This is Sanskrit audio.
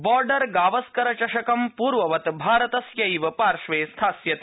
बॉर्डर गावस्कर चषकम पूर्ववत भारतस्यैव पार्श्वे स्थास्यति